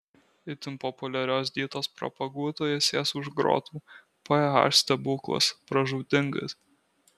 itin populiarios dietos propaguotojas sės už grotų ph stebuklas pražūtingas